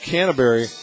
Canterbury